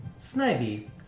Snivy